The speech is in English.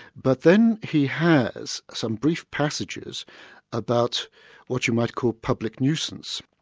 but then he has some brief passages about what you might call public nuisance.